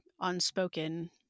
unspoken –